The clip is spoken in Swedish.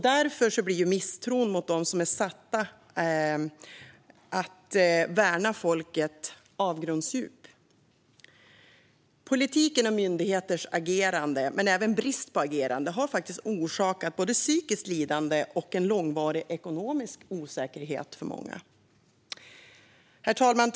Därför blir misstron mot dem som är satta att värna folket avgrundsdjup. Politiken och myndigheters agerande, men även brist på agerande, har faktiskt orsakat både psykiskt lidande och en långvarig ekonomisk osäkerhet för många. Herr talman!